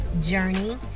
journey